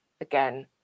again